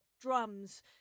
drums